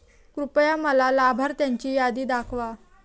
कृपया मला लाभार्थ्यांची यादी दाखवा